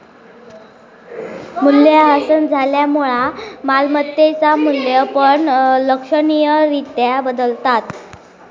मूल्यह्रास झाल्यामुळा मालमत्तेचा मू्ल्य पण लक्षणीय रित्या बदलता